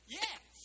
yes